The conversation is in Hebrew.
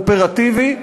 אופרטיבי,